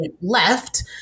left